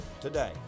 today